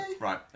Right